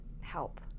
help